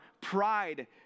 pride